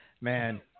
Man